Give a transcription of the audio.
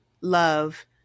love